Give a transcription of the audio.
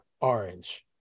orange